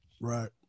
Right